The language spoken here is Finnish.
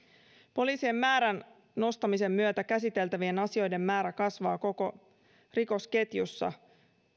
poliisien määrän nostamisen myötä käsiteltävien asioiden määrä kasvaa koko rikosketjussa